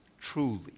truly